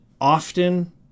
often